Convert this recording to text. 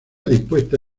dispuesta